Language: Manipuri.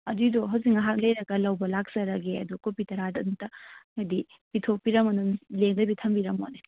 ꯑꯗꯨꯏꯗꯣ ꯍꯧꯖꯤꯛ ꯉꯥꯏꯍꯥꯛ ꯂꯩꯔꯒ ꯂꯧꯕ ꯂꯥꯛꯆꯔꯒꯦ ꯑꯗꯣ ꯀꯣꯄꯤ ꯇꯔꯥꯗꯣ ꯑꯗꯨꯝꯇ ꯍꯥꯏꯗꯤ ꯄꯤꯊꯣꯛꯄꯤꯔꯝꯃꯅꯨ ꯂꯦꯡꯗꯕꯤ ꯊꯝꯕꯤꯔꯝꯃꯣꯅꯦ